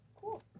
Cool